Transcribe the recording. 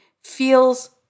feels